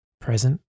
present